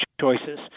choices